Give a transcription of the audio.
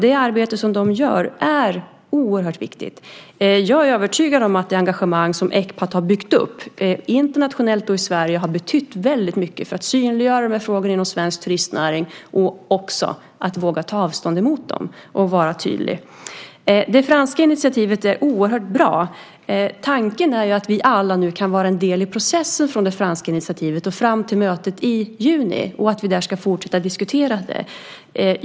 Det arbete som de gör är oerhört viktigt. Jag är övertygad om att det engagemang som Ecpat har byggt upp, internationellt och i Sverige, har betytt mycket för att synliggöra frågorna inom svensk turistnäring och också att våga vara tydliga i att ta avstånd från dem. Det franska initiativet är oerhört bra. Tanken är att vi alla kan vara en del i processen från det franska initiativet fram till mötet i juni. Där ska vi fortsätta att diskutera frågan.